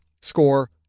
score